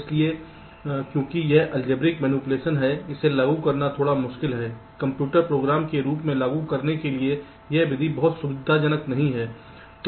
इसलिए क्योंकि यह अलजेब्रिक मैनिपुलेशन है इसे लागू करना थोड़ा मुश्किल है कंप्यूटर प्रोग्राम के रूप में लागू करने के लिए यह विधि बहुत सुविधाजनक नहीं है